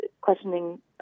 questioning